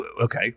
Okay